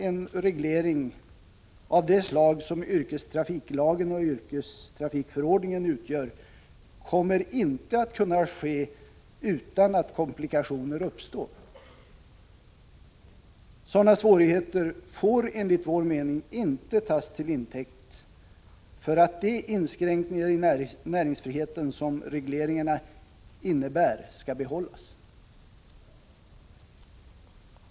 En reglering av det slag som yrkestrafiklagen och yrkestrafikförordningen utgör kommer inte att kunna avskaffas utan att komplikationer uppstår. Sådana svårigheter får enligt vår mening inte tas till intäkt för att de inskränkningar i näringsfriheten som regleringarna innebär skall behållas.